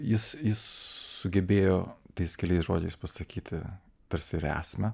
jis sugebėjo tais keliais žodžiais pasakyti tarsi ir esmę